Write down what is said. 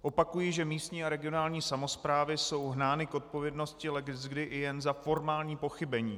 Opakuji, že místní a regionální samosprávy jsou hnány k odpovědnosti leckdy jen za formální pochybení.